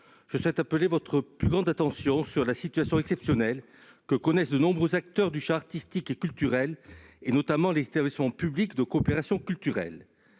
Je souhaite appeler votre plus grande attention sur la situation exceptionnelle que connaissent de nombreux acteurs du champ artistique et culturel, notamment les établissements publics de coopération culturelle.